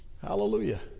Hallelujah